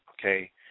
okay